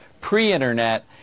pre-internet